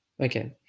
Okay